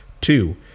Two